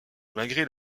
malgré